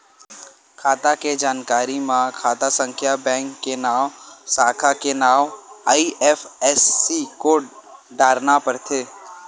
खाता के जानकारी म खाता संख्या, बेंक के नांव, साखा के नांव, आई.एफ.एस.सी कोड डारना परथे